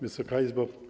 Wysoka Izbo!